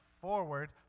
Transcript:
forward